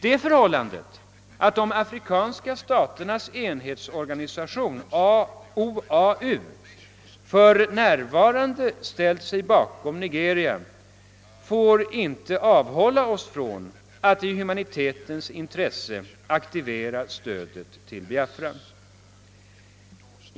Det förhållandet att de afrikanska staternas enhetsorganisation OAU för närvarande ställt sig bakom Nigeria får inte avhålla oss från att i humanitetens intresse aktivera stödet till Biafra.